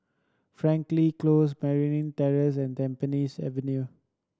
Frankel Close Merryn Terrace and Tampines Avenue